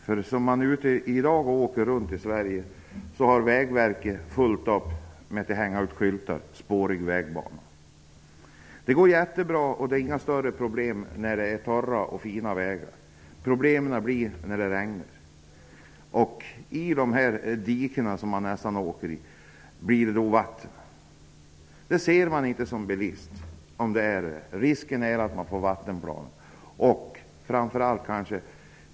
När man i dag åker runt i Sverige finner man att Vägverket har fullt upp med att hänga upp skyltar om spårig vägbana. Det går mycket bra att köra, och det är inga större problem när vägarna är torra och fina. Problemen uppstår när det regnar. Då blir vägbanan full av ''diken''. Dessa är fyllda med vatten som bilisten inte kan se. Risken är att man får vattenplaning.